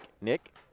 Nick